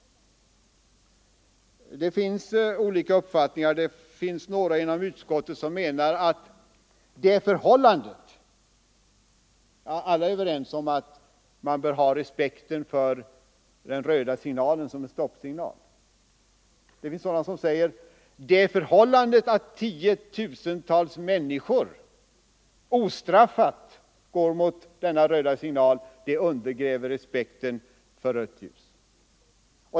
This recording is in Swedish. Där finns det olika uppfattningar. Men alla i utskottet har varit ense om att man skall ha respekt för den röda signalen som stoppsignal. Några ledamöter menar att det förhållandet att tiotusentals människor ostraffat går mot röd signal undergräver respekten för rött ljus.